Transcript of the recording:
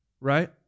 right